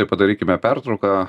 ir padarykime pertrauką